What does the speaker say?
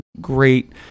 great